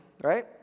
right